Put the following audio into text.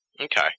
Okay